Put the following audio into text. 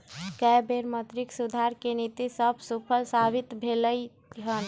कय बेर मौद्रिक सुधार के नीति सभ सूफल साबित भेलइ हन